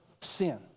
sin